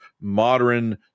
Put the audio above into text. modern